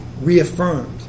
reaffirmed